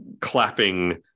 clapping